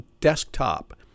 desktop